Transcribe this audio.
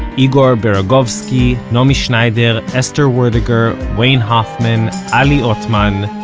igor beregovsky, naomi schneider, esther werdiger, wayne hoffman, ali ottman,